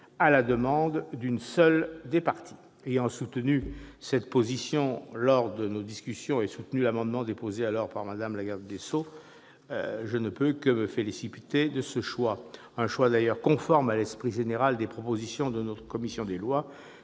à la demande d'une seule des parties. Ayant soutenu cette position lors de nos discussions et défendu alors l'amendement déposé par Mme la garde des sceaux, je ne puis que me féliciter de ce choix, qui est conforme à l'esprit général des propositions de notre commission des lois,